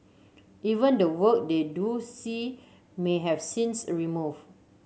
even the work they do see may have scenes removed